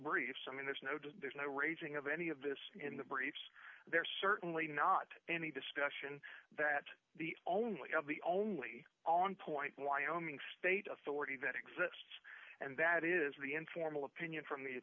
briefs i mean there's no doubt there's no raising of any of this in the briefs they're certainly not any discussion that the only of the only on point wyoming state authority that exists and that is the informal opinion from the